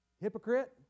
Hypocrite